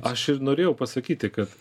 aš ir norėjau pasakyti kad